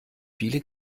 viele